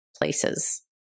places